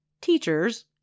teachers